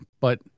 but-